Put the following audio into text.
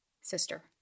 sister